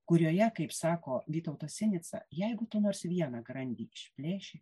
kurioje kaip sako vytautas sinica jeigu tu nors vieną grandį išplėši